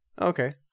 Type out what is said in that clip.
Okay